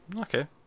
Okay